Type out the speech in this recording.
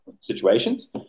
situations